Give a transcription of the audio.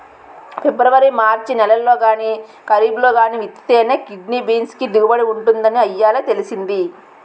February March నెలల్లో గానీ, కరీబ్లో గానీ విత్తితేనే కిడ్నీ బీన్స్ కి దిగుబడి ఉంటుందని ఇయ్యాలే తెలిసింది